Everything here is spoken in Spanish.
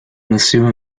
nació